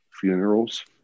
funerals